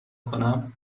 کنم